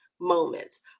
moments